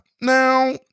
Now